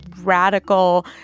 radical